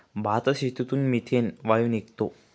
भातशेतीतून मिथेन वायू निघतो